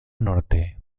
norte